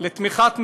לתמיכת מדינה,